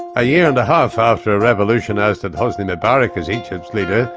a year and a half after a revolution ousted hosni mubarak as egypt's leader,